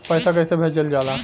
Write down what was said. पैसा कैसे भेजल जाला?